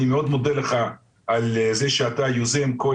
אני מאד מודה לך על זה שאתה יוזם כל